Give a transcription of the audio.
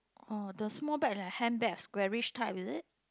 oh the small bag like handbag squarish type is it